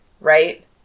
right